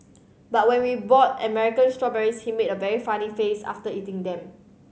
but when we bought American strawberries he made a very funny face after eating them